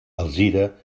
alzira